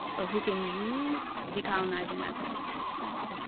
or who can use decolonizing methods.